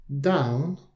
down